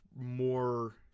more